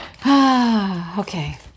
Okay